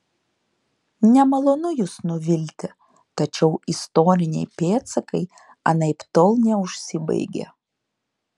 nemalonu jus nuvilti tačiau istoriniai pėdsakai anaiptol neužsibaigė